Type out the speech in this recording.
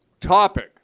Topic